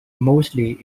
mostly